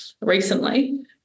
recently